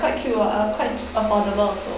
quite cute ah uh quite affordable also